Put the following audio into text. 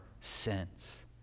sins